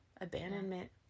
abandonment